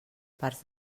parts